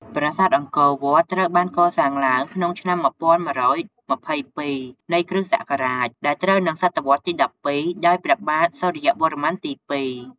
ប្រាសាទអង្គរវត្តត្រូវបានកសាងឡើងក្នុងឆ្នាំ ១១២២ នៃគ. សករាជ ដែលត្រូវនិង ស. វទី១២ ដោយព្រះបាទសូរ្យវរ្ម័នទី ២ ។